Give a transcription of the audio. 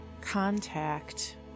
contact